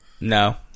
No